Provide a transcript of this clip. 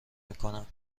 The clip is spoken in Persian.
میکنم